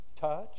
touch